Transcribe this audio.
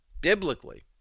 biblically